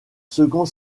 second